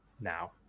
now